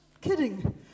kidding